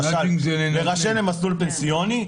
למשל להירשם למסלול פנסיוני,